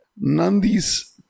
Nandi's